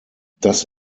das